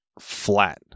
flat